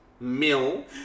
Mill